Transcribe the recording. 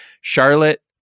Charlotte